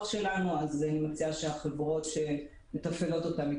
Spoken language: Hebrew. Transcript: שלנו ואני מציעה שאליהן יתייחסו החברות שמתפעלות אותם.